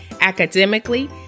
academically